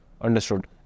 understood